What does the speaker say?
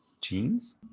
jeans